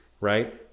right